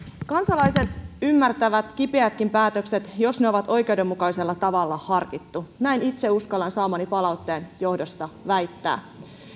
kansalaiset ymmärtävät kipeätkin päätökset jos ne ovat oikeudenmukaisella tavalla harkittuja näin itse uskallan saamani palautteen johdosta väittää